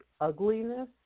ugliness